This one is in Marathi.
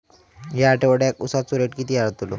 या आठवड्याक उसाचो रेट किती वाढतलो?